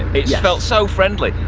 it's felt so friendly.